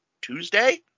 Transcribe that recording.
Tuesday